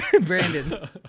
brandon